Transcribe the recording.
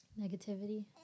Negativity